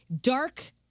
dark